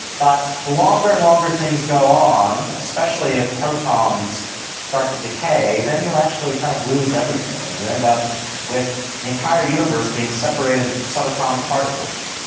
but the longer and longer things go on, especially if protons start to decay, then you actually kind of lose everything and you end up with the entire universe being separated into subatomic particles,